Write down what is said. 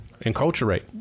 enculturate